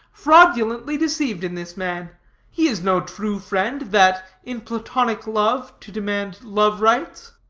fraudulently deceived, in this man he is no true friend that, in platonic love to demand love-rites